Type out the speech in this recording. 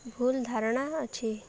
ଭୁଲ୍ ଧାରଣା ଅଛି